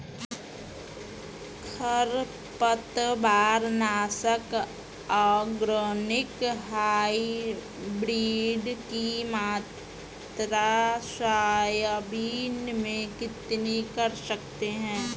खरपतवार नाशक organic hybrid की मात्रा सोयाबीन में कितनी कर सकते हैं?